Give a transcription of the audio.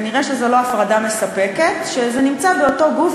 כנראה זו לא הפרדה מספקת כשזה נמצא באותו גוף,